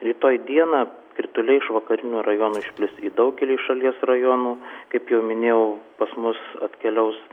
rytoj dieną krituliai iš vakarinių rajonų išplis į daugelį šalies rajonų kaip jau minėjau pas mus atkeliaus